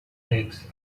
legs